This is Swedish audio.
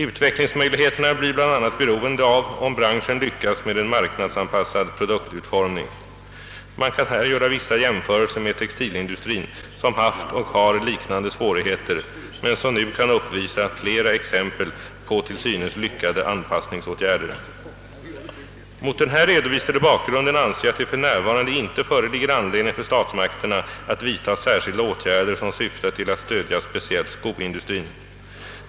Utvecklingsmöjligheterna blir bl.a. beroende av om branschen lyckas med en marknadsanpassad produktutformning. Man kan här göra vissa jämförelser med textilindustrin, som haft och har liknande svårigheter men som nu kan uppvisa flera exempel på till synes lyckade anpassningsåtgärder. Mot den här redovisade bakgrunden anser jag att det för närvarande inte föreligger anledning för statsmakterna att vidta särskilda åtgärder som syftar till att stödja speciellt skoindustrin.